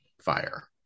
fire